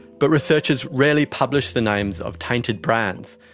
but researchers rarely publish the names of tainted brands.